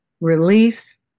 release